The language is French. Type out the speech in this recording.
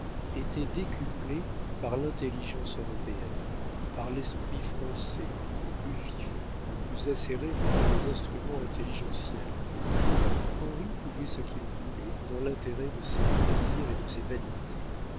était décuplé par l'intelligence européenne par l'esprit français le plus vif le plus acéré de tous les instruments intelligentiels henri pouvait ce qu'il voulait dans l'intérêt de ses plaisirs et de ses vanités